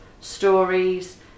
stories